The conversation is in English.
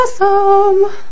awesome